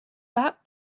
that